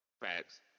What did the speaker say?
Facts